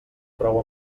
prou